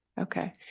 Okay